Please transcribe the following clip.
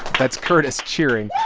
that's curtis cheering.